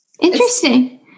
Interesting